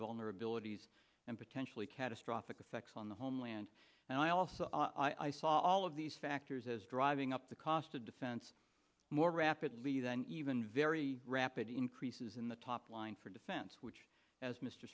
vulnerabilities and potentially catastrophic effects on the homeland and i also i saw all of these factors as driving up the cost of defense more rapidly than even very rapid increases in the top line for defense which as mr